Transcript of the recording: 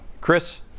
Chris